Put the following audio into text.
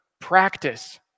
practice